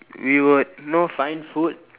we would know find food